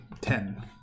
Ten